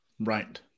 Right